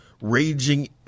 raging